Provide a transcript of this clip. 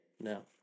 No